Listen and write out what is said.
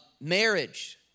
Marriage